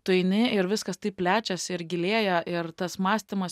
tu eini ir viskas taip plečias ir gilėja ir tas mąstymas